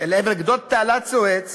אל עבר גדות תעלת סואץ